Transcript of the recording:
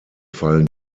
fallen